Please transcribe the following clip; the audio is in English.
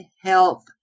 health